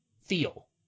feel